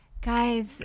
Guys